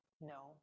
No